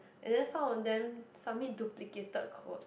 and then some of them submit duplicate code